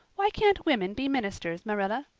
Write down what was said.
why can't women be ministers, marilla?